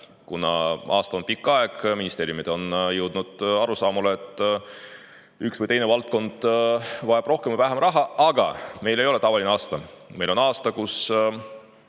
kuna aasta on pikk aeg ning ministeeriumid on jõudnud arusaamale, et üks või teine valdkond vajab rohkem või vähem raha. Aga meil ei ole tavaline aasta. Meil on aasta, kui